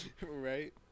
Right